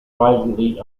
privately